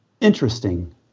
interesting